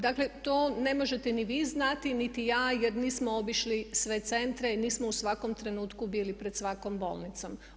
Dakle to ne možete ni vi znati, niti ja jer nismo obišli sve centre i nismo u svakom trenutku bili pred svakom bolnicom.